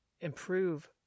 improve